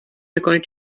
میکنی